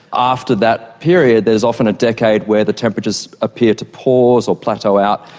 after that period there is often a decade where the temperatures appear to pause or plateau out.